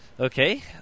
Okay